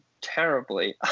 terribly